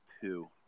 two